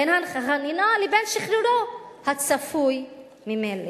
בין החנינה לבין שחרורו הצפוי ממילא.